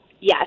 Yes